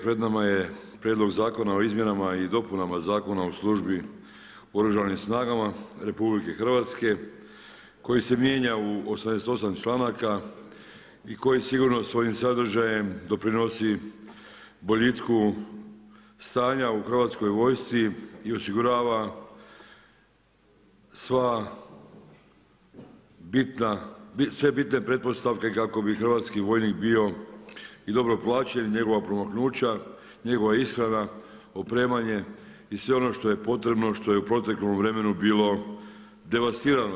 Pred nama je Prijedlog zakona o izmjenama i dopunama Zakona o službi u Oružanim snagama RH koji se mijenja u 88 članaka i koji sigurno svojim sadržajem doprinosi boljitku stanja u hrvatskoj vojsci i osigurava sve bitne pretpostavke kako bi hrvatski vojnik bio i dobro plaćen i njegova promaknuća, njegova ishrana, opremanje i sve ono što je potrebno, što je u proteklom vremenu bilo devastirano.